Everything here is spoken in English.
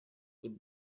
could